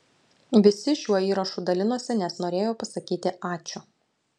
visi šiuo įrašu dalinosi nes norėjo pasakyti ačiū